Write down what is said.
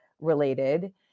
related